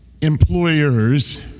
employers